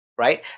right